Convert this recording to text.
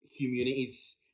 communities